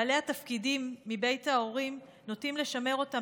בעלי התפקידים מבית ההורים נוטים לשמר אותם